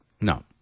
No